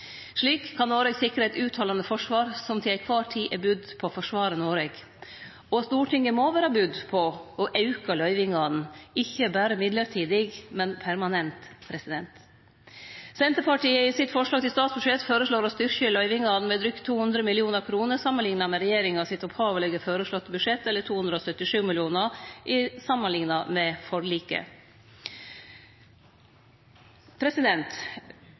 Slik kan Noreg sikre eit uthaldande forsvar som alltid er budd på å forsvare Noreg. Stortinget må vere budd på å auke løyvingane, ikkje berre mellombels, men permanent. I forslaget til statsbudsjett føreslår Senterpartiet å styrkje løyvingane med drygt 200 mill. kr samanlikna med regjeringa sitt opphavleg føreslåtte budsjett, eller 277 mill. kr samanlikna med forliket.